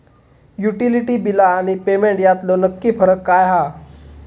Utility बिला आणि payment यातलो नक्की फरक काय हा?